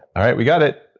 all right, we got it.